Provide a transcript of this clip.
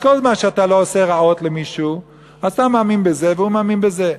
אז כל זמן שאתה לא עושה רעות למישהו אז אתה מאמין בזה והוא מאמין בזה.